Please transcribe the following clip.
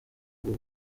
ubu